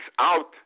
out